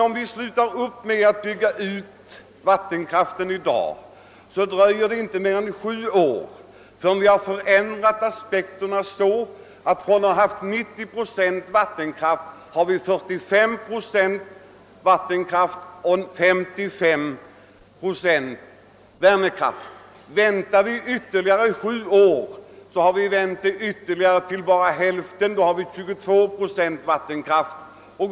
Om vi slutar upp med att bygga ut vattenkraften i dag, dröjer det inte mer än sju år förrän vi förändrat aspekterna så att vi från att tidigare ha haft 90 procent av energin genom vattenkraft i stället har 45 procent genom vattenkraft och 55 procent genom värmekraft. Väntar vi ytterligare sju år har vi vänt siffrorna än mera nedåt. Då utgör den vattenkraftproducerade energin endast 22 procent.